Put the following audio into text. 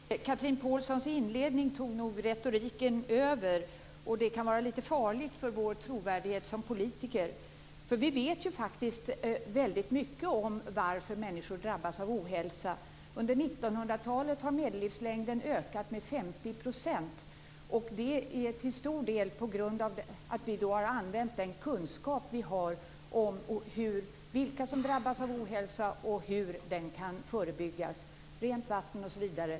Fru talman! I Chatrine Pålssons inledning tog nog retoriken över. Det kan vara litet farligt för vår trovärdighet som politiker. Vi vet ju faktiskt väldigt mycket om varför människor drabbas av ohälsa. Under 1900-talet har medellivslängden ökat med 50 %. Det är till stor del på grund av att vi har använt den kunskap vi har om vilka som drabbas av ohälsa och hur den kan förebyggas, rent vatten osv.